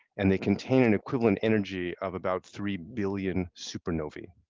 and they contain an equivalent energy of about three billion supernovae.